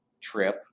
trip